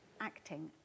acting